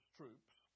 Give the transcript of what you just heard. troops